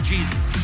Jesus